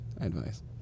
Advice